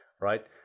Right